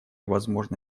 возможно